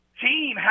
team